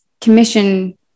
commission